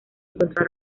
encontró